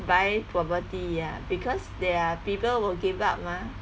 buy property ya because there are people will give up mah